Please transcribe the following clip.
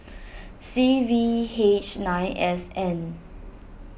C V H nine S N